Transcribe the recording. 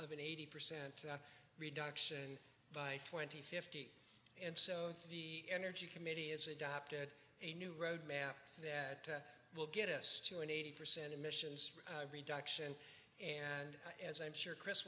of an eighty percent reduction by twenty fifty and so the energy committee has adopted a new road map that will get us to an eighty percent emissions reduction and as i'm sure chris